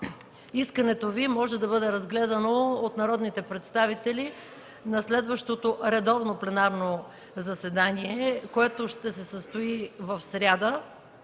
Искането Ви може да бъде разгледано от народните представители на следващото редовно пленарно заседание, което ще се състои в сряда.